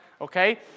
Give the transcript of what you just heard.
okay